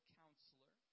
counselor